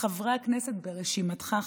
שבה חברי הכנסת ברשימתך,